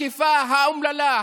התקיפה האומללה,